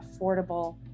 affordable